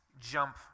jump